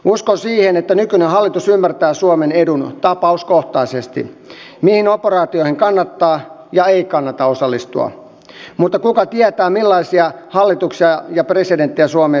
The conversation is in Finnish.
uskon siihen että nykyinen hallitus ymmärtää suomen edun tapauskohtaisesti mihin operaatioihin kannattaa ja ei kannata osallistua mutta kuka tietää millaisia hallituksia ja presidenttejä suomeen vielä tulee